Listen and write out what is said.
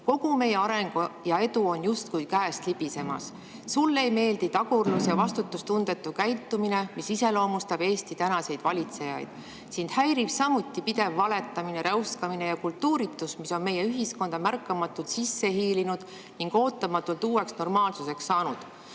Kogu meie areng ja edu on justkui käest libisemas? Sulle ei meeldi tagurlus ja vastutustundetu käitumine, mis iseloomustab Eesti tänaseid valitsejaid? Sind häirib samuti pidev valetamine, räuskamine ja kultuuritus, mis on meie ühiskonda märkamatult sisse hiilinud ning ootamatult uueks normaalsuseks saanud?"